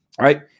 Right